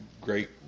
great